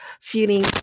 feeling